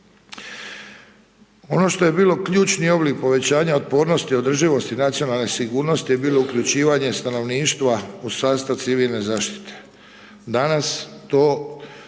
Ono što je bilo ključni oblik povećanja otpornosti održivosti nacionalne sigurnosti je bilo uključivanje stanovništva u sastav civilne zaštite.